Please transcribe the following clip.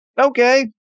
Okay